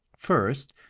first,